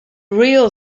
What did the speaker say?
real